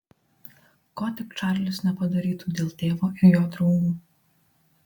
ko tik čarlis nepadarytų dėl tėvo ir jo draugų